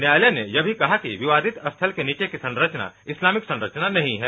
न्यायालय ने यह भी कहा कि विवादित स्थ्थल के नीचे की संरचना इस्लामिक संरचना नहीं है